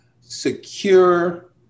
secure